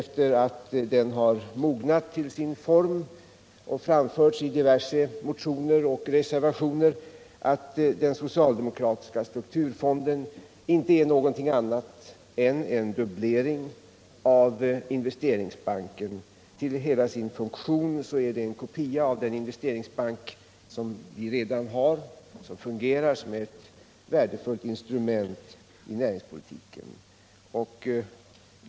Sedan denna mognat till sin form och behandlats i olika motioner och reservationer visar det sig att den inte är någonting annat än en dubblering av Investeringsbanken. Till hela sin funktion är fonden en kopia av den investeringsbank som vi redan har och som fungerar som ett värdefullt instrument i näringspolitiken.